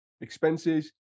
expenses